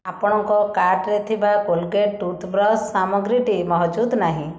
ଆପଣଙ୍କ କାର୍ଟ୍ରେ ଥିବା କୋଲଗେଟ ଟୁଥ୍ବ୍ରଶ୍ ସାମଗ୍ରୀଟି ମହଜୁଦ ନାହିଁ